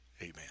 amen